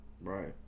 right